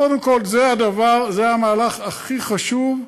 קודם כול זה המהלך הכי חשוב,